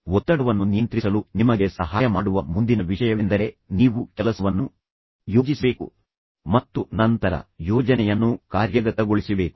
ಒತ್ತಡವನ್ನು ನಿಯಂತ್ರಿಸಲು ನಿಮಗೆ ಸಹಾಯ ಮಾಡುವ ಮುಂದಿನ ವಿಷಯವೆಂದರೆ ನೀವು ಕೆಲಸವನ್ನು ಯೋಜಿಸಬೇಕು ಮತ್ತು ನಂತರ ಯೋಜನೆಯನ್ನು ಕಾರ್ಯಗತಗೊಳಿಸಿಬೇಕು